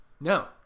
No